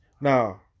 Now